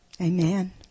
Amen